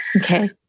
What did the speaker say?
okay